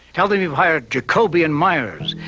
tell them you've hired jacoby and meyers,